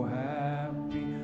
happy